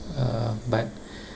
uh but